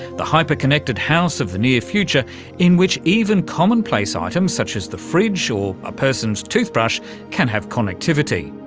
the hyper-connected house of the near future in which even commonplace items such as the fridge or a person's toothbrush can have connectivity.